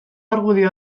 argudio